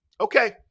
okay